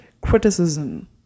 criticism